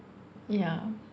yeah